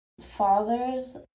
fathers